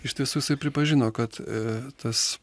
iš tiesų jisai pripažino kad e tas